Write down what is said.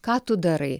ką tu darai